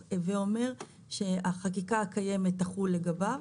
הווה אומר שהחקיקה הקיימת תחול לגביו.